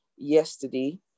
yesterday